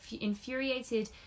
infuriated